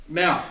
now